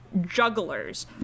Jugglers